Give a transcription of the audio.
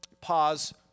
Pause